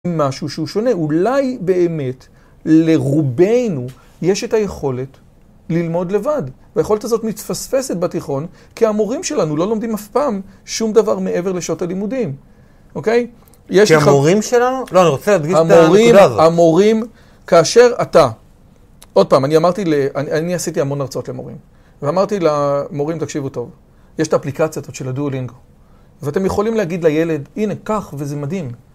משהו שהוא שונה, אולי באמת לרובנו יש את היכולת ללמוד לבד. היכולת הזאת מתפספסת בתיכון, כי המורים שלנו לא לומדים אף פעם שום דבר מעבר לשעות הלימודים, אוקיי? כי המורים שלנו? לא, אני רוצה להדגיש את הנקודה הזאת. המורים, המורים, כאשר אתה, עוד פעם, אני אמרתי, אני עשיתי המון הרצאות למורים, ואמרתי למורים, תקשיבו טוב, יש את האפליקציות של הדואלינג, ואתם יכולים להגיד לילד, הנה, קח, וזה מדהים.